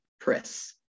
Press